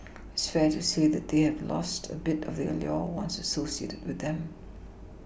it's fair to say that they have both lost a bit of the allure once associated with them